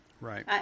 Right